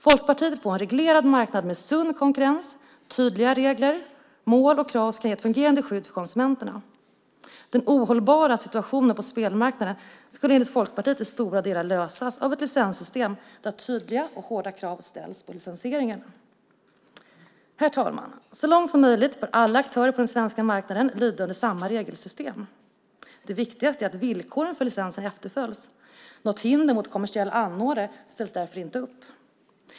Folkpartiet vill få en reglerad marknad med sund konkurrens och tydliga regler. Mål och krav ska ge ett fungerande skydd för konsumenterna. Den ohållbara situationen på spelmarknaden skulle enligt Folkpartiet till stora delar lösas av ett licenssystem där tydliga och hårda krav ställs på licensieringarna. Herr talman! Så långt som möjligt bör alla aktörer på den svenska marknaden lyda under samma regelsystem. Det viktigaste är att villkoren för licensen efterföljs. Något hinder mot kommersiella anordnare ställs därför inte upp.